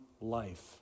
life